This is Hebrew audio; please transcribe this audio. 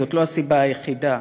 זאת לא הסיבה היחידה.